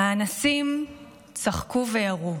האנסים צחקו וירו.